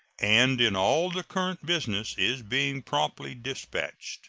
and in all the current business is being promptly dispatched